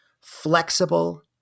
flexible